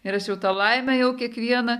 ir aš jau tą laimę jau kiekvieną